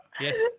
Yes